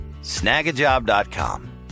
snagajob.com